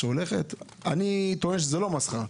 אני טוען שזאת לא מסחרה,